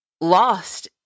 lost